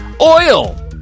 Oil